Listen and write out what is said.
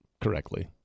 correctly